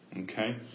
Okay